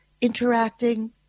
interacting